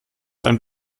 ein